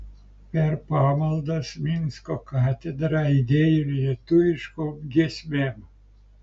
per pamaldas minsko katedra aidėjo lietuviškom giesmėm